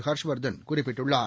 ஹர்ஷ்வர்தன் குறிப்பிட்டுள்ளார்